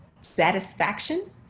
satisfaction